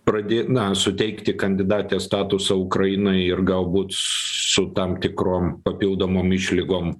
pradi na suteikti kandidatės statusą ukrainai ir galbūt su tam tikrom papildomom išlygom